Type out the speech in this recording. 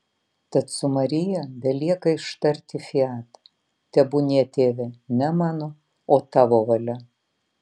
tad su marija belieka ištarti fiat tebūnie tėve ne mano o tavo valia